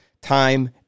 time